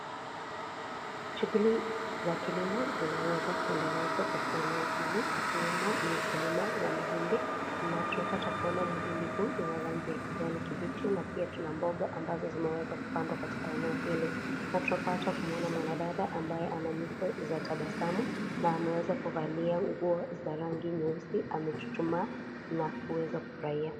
Shughuli za kilimo zinaweza kuendelezwa katika eneo hili, ikiwemo ni ukulima wa mahindi, na tunapata kuona mhindi huu wa rangi ya kijani kibichi, na pia tuna mboga ambazo zimeweza kupandwa katika eneo hili. Na tunapata kumuona mwanadada ambaye ana nyuso za tabasamu, na ameweza kuvalia nguo za rangi nyeusi amechuchumaa, na kuweza kufurahia.